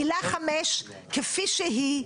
עילה 5, כפי שהיא,